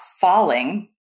falling